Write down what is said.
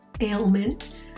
ailment